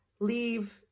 leave